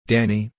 Danny